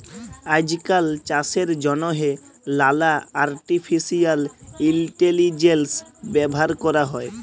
আইজকাল চাষের জ্যনহে লালা আর্টিফিসিয়াল ইলটেলিজেলস ব্যাভার ক্যরা হ্যয়